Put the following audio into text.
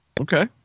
Okay